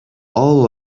all